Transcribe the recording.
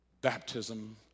baptism